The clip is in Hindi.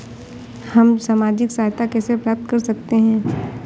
हम सामाजिक सहायता कैसे प्राप्त कर सकते हैं?